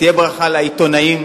תהיה ברכה לעיתונאים.